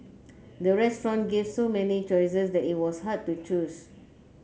the restaurant gave so many choices that it was hard to choose